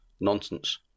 Nonsense